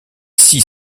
six